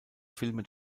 filme